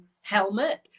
helmet